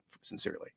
sincerely